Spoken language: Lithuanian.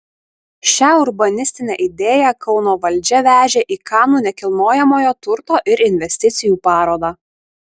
šią urbanistinę idėją kauno valdžia vežė į kanų nekilnojamojo turto ir investicijų parodą